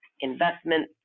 investment